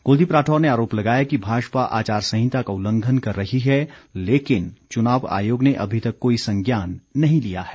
कुलदीप राठौर ने आरोप लगाया कि भाजपा आचार संहिता का उल्लंघन कर रही है लेकिन चुनाव आयोग ने अभी तक कोई संज्ञान नहीं लिया है